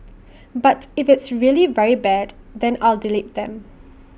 but if it's really very bad then I'll delete them